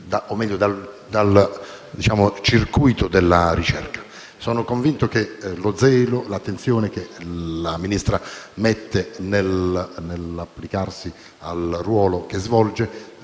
o meglio dal circuito della ricerca. Sono convinto che lo zelo e l'attenzione che la Ministra mette nell'applicarsi al ruolo che svolge